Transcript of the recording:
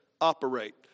operate